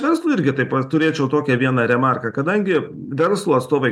verslui irgi taip pat turėčiau tokią vieną remarką kadangi verslo atstovai